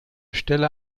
stelle